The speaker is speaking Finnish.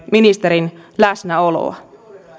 ministerin läsnäoloa